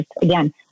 again